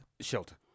shelter